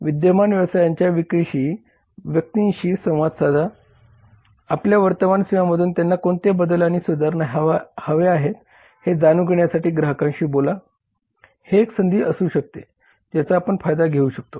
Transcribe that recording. विद्यमान व्यवसायांच्या विक्री व्यक्तींशी संवाद साधा आपल्या वर्तमान सेवांमधून त्यांना कोणते बदल आणि सुधारणा हव्या आहेत हे जाणून घेण्यासाठी ग्राहकांशी बोला ही एक संधी असू शकते ज्याचा आपण फायदा घेऊ शकतो